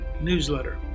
newsletter